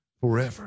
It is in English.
forever